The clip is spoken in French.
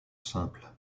simple